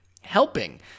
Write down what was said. helping